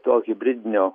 to hibridinio